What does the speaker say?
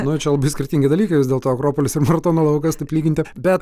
nu čia labai skirtingi dalykai vis dėlto akropolis ir maratono laukas taip lyginti bet